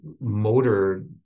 motor